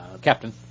Captain